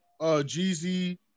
GZ